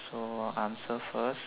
so answer first